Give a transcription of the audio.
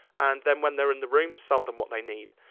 and then when they're in the room, sell them what they need.